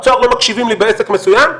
צהר לא מקשיבים לי בעסק מסוים,